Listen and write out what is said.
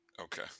Okay